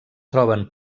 troben